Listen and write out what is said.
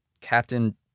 Captain